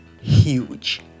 huge